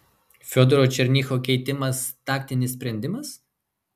fiodoro černycho keitimas taktinis sprendimas